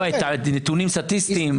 לא היו נתונים סטטיסטיים.